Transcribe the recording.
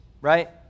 right